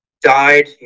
died